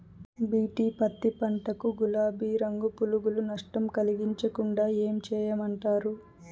BT పత్తి పంట కు, గులాబీ రంగు పులుగులు నష్టం కలిగించకుండా ఏం చేయమంటారు?